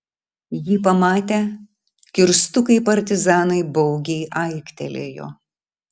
jį pamatę kirstukai partizanai baugiai aiktelėjo